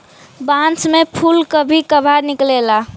बांस में फुल कभी कभार निकलेला